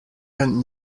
and